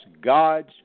God's